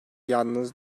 yalnız